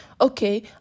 okay